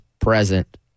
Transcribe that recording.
present